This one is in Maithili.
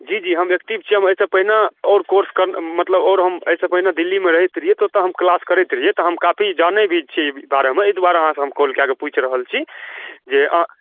जी जी हम एक्टिव छी हम एहिसँ पहिने आओर कोर्स मतलब आओर हम एहिसँ पहिने हम दिल्लीमे रहैत रहिए तऽ ओतऽ हम क्लास करैत रहिए तऽ हम काफ़ी जानै भी छिए एहि बारेमे एहि दुआरे अहाँसँ कॉल कऽ कऽ हम पूछि रहल छी जे अहाँ